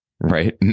right